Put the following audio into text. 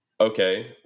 okay